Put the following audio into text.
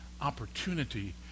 opportunity